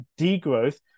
degrowth